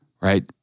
right